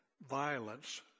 Violence